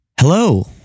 Hello